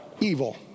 evil